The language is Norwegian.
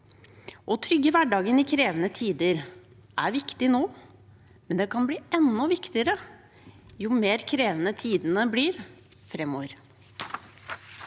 Å trygge hverdagen i krevende tider er viktig nå, men kan bli enda viktigere jo mer krevende tidene blir framover.